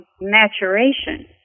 maturation